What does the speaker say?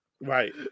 Right